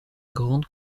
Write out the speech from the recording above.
grand